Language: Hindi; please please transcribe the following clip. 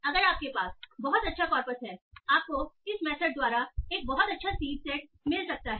अगर आपके पास बहुत अच्छा कॉर्पस है आपको इस मेथड द्वारा एक बहुत अच्छा सीड सेट संदर्भ समय 0829 मिल सकता है